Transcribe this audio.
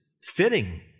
fitting